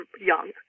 young